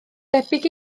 debyg